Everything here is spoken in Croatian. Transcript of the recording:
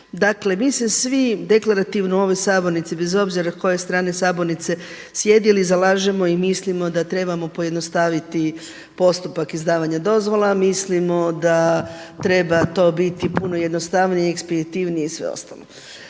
Dakle, mi se svi deklarativno u ovoj sabornici bez obzira koje strane sabornice sjedili zalažemo i mislimo da trebamo pojednostaviti postupak izdavanja dozvola. Mislimo da treba to biti puno jednostavnije, ekspeditivnije i sve ostalo.